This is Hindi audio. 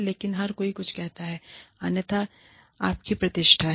लेकिन हर कोई कुछ कहता है अन्यथा यह आपकी प्रतिष्ठा है